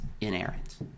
inerrant